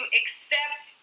accept